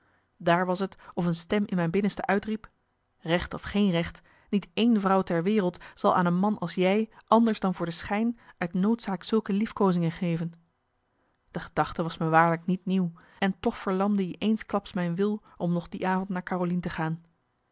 daar was t of een stem in mijn binnenste uitriep recht of geen recht niet één vrouw ter wereld zal aan een man als jij anders dan voor de schijn uit noodzaak zulke liefkoozingen geven de gedachte was me waarlijk niet nieuw en toch verlamde i eensklaps mijn wil om nog die avond naar carolien te gaan